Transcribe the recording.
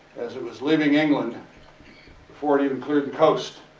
as it was leaving england before it even cleared the coast.